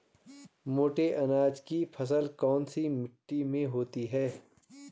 मोटे अनाज की फसल कौन सी मिट्टी में होती है?